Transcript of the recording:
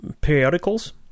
periodicals